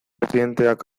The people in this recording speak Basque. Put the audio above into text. presidenteak